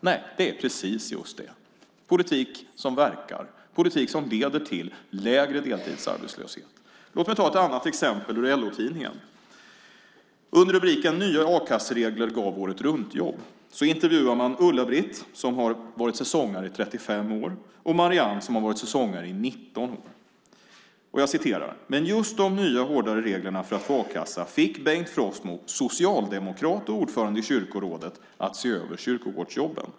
Nej, det är precis just så: politik som verkar - politik som leder till lägre deltidsarbetslöshet. Låt mig ta ett annat exempel, ur LO-tidningen. Under rubriken "Nya a-kasseregler gav året-runt-jobb" intervjuar man Ulla-Britt, som har varit säsongare i 35 år, och Marianne, som har varit säsongare i 19 år. Jag citerar: "Men just de nya hårdare reglerna för att få a-kassa fick Bengt Frostmo, socialdemokrat och ordförande i kyrkorådet, att se över kyrkogårdsjobben.